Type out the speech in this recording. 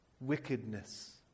Wickedness